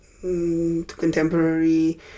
contemporary